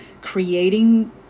creating